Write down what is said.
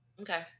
Okay